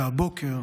והבוקר